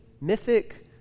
mythic